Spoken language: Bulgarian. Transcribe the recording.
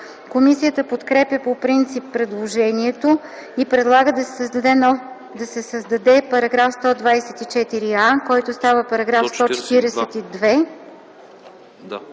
Комисията подкрепя по принцип предложението и предлага да се създаде § 124а, който става § 142,